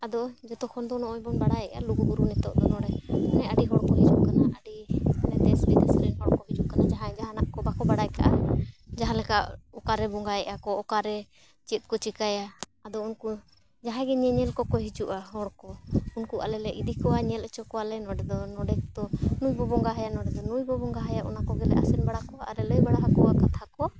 ᱟᱫᱚ ᱡᱚᱛᱚᱠᱷᱚᱱ ᱫᱚ ᱱᱚᱜᱼᱚᱭ ᱵᱚᱱ ᱵᱟᱲᱟᱭᱮᱜᱼᱟ ᱞᱩᱜᱩ ᱵᱩᱨᱩ ᱱᱤᱛᱳᱜ ᱫᱚ ᱱᱚᱸᱰᱮ ᱟᱹᱰᱤ ᱦᱚᱲ ᱠᱚ ᱦᱤᱡᱩᱜ ᱠᱟᱱᱟ ᱟᱹᱰᱤ ᱫᱮᱥ ᱵᱤᱫᱮᱥ ᱨᱮᱱ ᱦᱚᱲ ᱠᱚ ᱦᱤᱡᱩᱜ ᱠᱟᱱᱟ ᱡᱟᱦᱟᱸᱭ ᱡᱟᱦᱟᱱᱟᱜ ᱠᱚ ᱵᱟᱠᱚ ᱵᱟᱲᱟᱭ ᱠᱟᱜᱼᱟ ᱡᱟᱦᱟᱸ ᱞᱮᱠᱟ ᱚᱠᱟᱨᱮ ᱵᱚᱸᱜᱟᱭᱮᱜᱼᱟ ᱠᱚ ᱚᱠᱟᱨᱮ ᱪᱮᱫ ᱠᱚ ᱪᱤᱠᱟᱹᱭᱟ ᱟᱫᱚ ᱩᱱᱠᱩ ᱡᱟᱦᱟᱸᱭ ᱜᱮ ᱧᱮᱧᱮᱞ ᱠᱚᱠᱚ ᱦᱤᱡᱩᱜᱼᱟ ᱦᱚᱲ ᱠᱚ ᱩᱱᱠᱩ ᱟᱞᱮᱞᱮ ᱤᱫᱤ ᱠᱚᱣᱟ ᱧᱮᱞ ᱦᱚᱪᱚ ᱠᱚᱣᱟᱞᱮ ᱱᱚᱸᱰᱮ ᱫᱚ ᱱᱚᱸᱰᱮ ᱛᱚ ᱱᱩᱭᱵᱚᱱ ᱵᱚᱸᱜᱟᱣᱟᱭᱟ ᱱᱚᱸᱰᱮᱫᱚ ᱱᱩᱭ ᱵᱚ ᱵᱚᱸᱜᱟ ᱦᱟᱭᱟ ᱚᱱᱟ ᱠᱚᱜᱮᱞᱮ ᱟᱥᱮᱱ ᱵᱟᱲᱟ ᱠᱚᱣᱟ ᱟᱨ ᱞᱟᱹᱭ ᱵᱟᱲᱟ ᱟᱠᱚᱣᱟ ᱠᱟᱛᱷᱟ ᱠᱚ